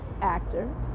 actor